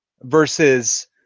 versus